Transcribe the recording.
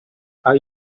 are